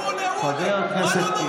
זה התקנון, מה לא נהוג?